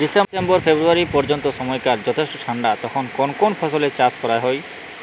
December February পর্যন্ত সময়কাল যথেষ্ট ঠান্ডা তখন কোন কোন ফসলের চাষ করা হয়?